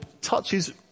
touches